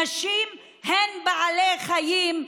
נשים הן בעלי חיים,